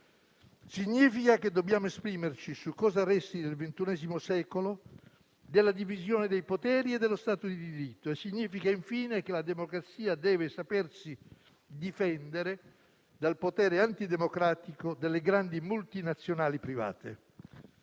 Significa che dobbiamo esprimerci su cosa resti del XXI secolo, della divisione dei poteri e dello Stato di diritto. Significa, infine, che la democrazia deve sapersi difendere dal potere antidemocratico delle grandi multinazionali private.